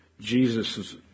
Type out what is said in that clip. Jesus